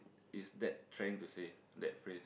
is that trying to say that phrase